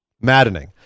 maddening